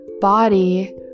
body